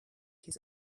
his